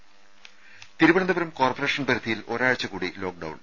ത തിരുവനന്തപുരം കോർപ്പറേഷൻ പരിധിയിൽ ഒരാഴ്ചകൂടി ലോക്ഡൌൺ